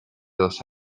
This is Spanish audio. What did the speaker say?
dos